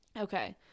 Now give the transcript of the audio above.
Okay